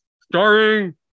starring